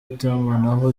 itumanaho